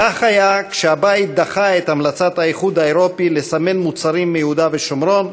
כך היה כשהבית דחה את המלצת האיחוד האירופי לסמן מוצרים מיהודה ושומרון,